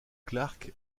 clarke